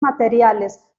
materiales